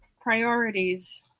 priorities